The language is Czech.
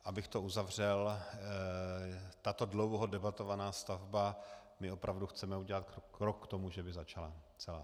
Abych to uzavřel, tato dlouho debatovaná stavba, my opravdu chceme udělat krok k tomu, že by začala celá.